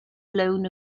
blown